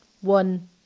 one